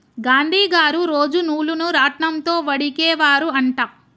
గాంధీ గారు రోజు నూలును రాట్నం తో వడికే వారు అంట